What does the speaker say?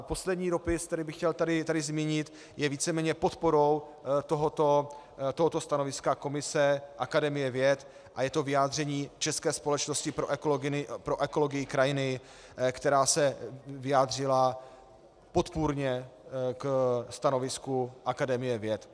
Poslední dopis, který bych chtěl tady zmínit, je víceméně podporou tohoto stanoviska komise Akademie věd a je to vyjádření České společnosti pro ekologii krajiny, která se vyjádřila podpůrně ke stanovisku Akademie věd.